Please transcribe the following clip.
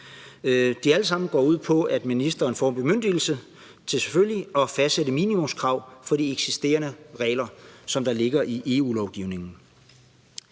går alt sammen ud på, at ministeren selvfølgelig får en bemyndigelse til at fastsætte minimumskrav inden for de eksisterende regler, der ligger i EU-lovgivningen.